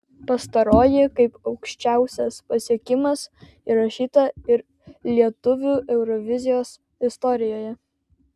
pastaroji kaip aukščiausias pasiekimas įrašyta ir lietuvių eurovizijos istorijoje